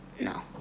No